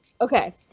okay